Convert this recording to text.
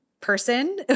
person